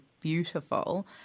beautiful